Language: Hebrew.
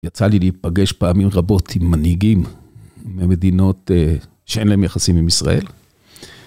יצא לי להיפגש פעמים רבות עם מנהיגים ממדינות שאין להם יחסים עם ישראל.